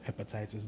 hepatitis